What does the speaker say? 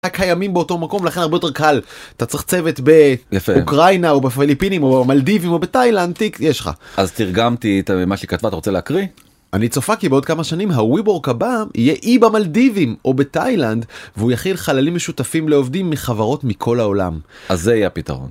קיימים באותו מקום לכן הרבה יותר קל אתה צריך צוות באוקראינה או בפליפינים או במלדיבים או בתאילנד יש לך אז תרגמתי את מה שכתבת רוצה להקריא. אני צופה כי בעוד כמה שנים הwework הבא יהיה אי במלדיבים או בתאילנד והוא יכיל חללים משותפים לעובדים מחברות מכל העולם אז זה יהיה הפתרון.